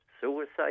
suicide